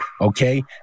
Okay